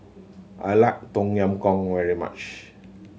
I like Tom Yam Goong very much